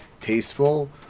tasteful